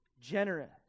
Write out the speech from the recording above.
generous